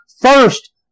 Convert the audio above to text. First